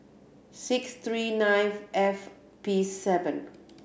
six three nine F P seven